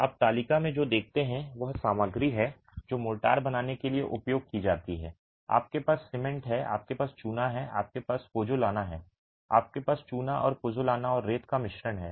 आप तालिका में जो देखते हैं वह सामग्री है जो मोर्टार बनाने के लिए उपयोग की जाती है आपके पास सीमेंट है आपके पास चूना है आपके पास पोज़ोलाना है आपके पास चूना और पोज़ोलाना और रेत का मिश्रण है